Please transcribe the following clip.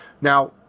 Now